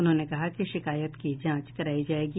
उन्होंने कहा कि शिकायत की जांच करायी जायेंगी